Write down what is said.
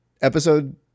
episode